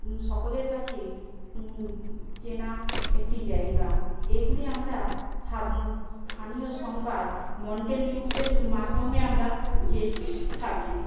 সকলের কাছে চেনা একটি জায়গা এগুলি আমরা স্থানীয় সংবাদ মন্টেল নিউজের মাধ্যমে আমরা জেনে থাকি